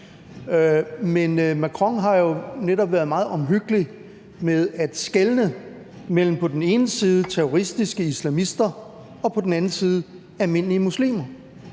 men Macron har jo netop været meget omhyggelig med at skelne mellem på den ene side terroristiske islamister og på den anden side almindelige muslimer.